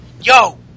yo